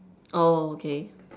oh okay